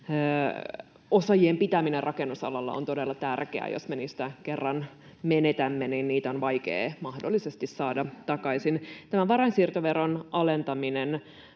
Osaajien pitäminen rakennusalalla on todella tärkeää. Jos me heitä kerran menetämme, heitä on mahdollisesti vaikeaa saada takaisin. Tämä varainsiirtoveron alentaminen